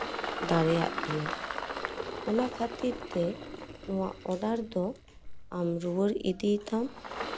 ᱫᱟᱲᱮᱭᱟᱜ ᱛᱤᱧᱟᱹ ᱚᱱᱟ ᱠᱷᱟᱹᱛᱤᱨ ᱛᱮ ᱱᱚᱶᱟ ᱚᱰᱟᱨ ᱫᱚ ᱟᱢ ᱨᱩᱣᱟᱹᱲ ᱤᱫᱤ ᱛᱟᱢ